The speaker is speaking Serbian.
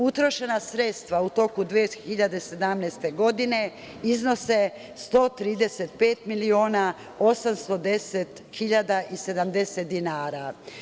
Utrošena sredstva u toku 2017. godine iznose 135.810.070 dinara.